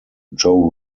joe